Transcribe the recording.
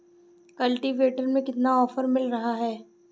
Cultivator में कितना offer मिल रहा है?